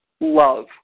love